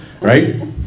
Right